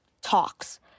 talks